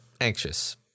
anxious